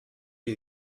you